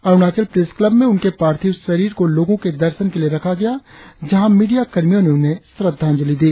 Arunachal press club में उनके पार्थिव शरीर को लोगो के दर्शन के लिए रखा गया जहां मीडिया कर्मियो ने उन्हें श्रद्धांजलि दी